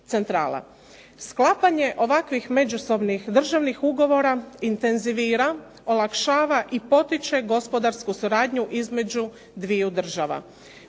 Sklapanje ovakvih međusobnih državnih ugovora intenzivira olakšava i potiče gospodarsku suradnju između dviju država.